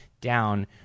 down